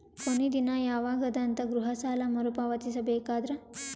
ಕೊನಿ ದಿನ ಯವಾಗ ಅದ ಗೃಹ ಸಾಲ ಮರು ಪಾವತಿಸಬೇಕಾದರ?